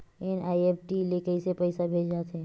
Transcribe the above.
NEFT ले कइसे भेजे जाथे?